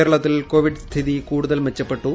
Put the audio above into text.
കേരളത്തിൽ കോവിഡ് സ്ഥിതി കൂടുതൽ മെച്ചപ്പെട്ടു